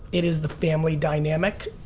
it is the family dynamic,